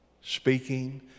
Speaking